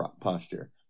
posture